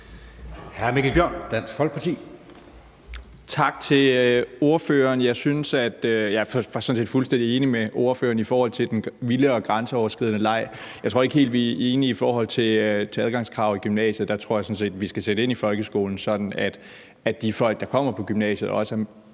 Tak til ordføreren. Jeg er sådan set fuldstændig enig med ordføreren i forhold til den vilde og grænseoverskridende leg. Jeg tror ikke helt, vi er enige i forhold til adgangskrav til gymnasiet. Der tror jeg sådan set, vi skal sætte ind i folkeskolen, sådan at de folk, der kommer på gymnasiet, også er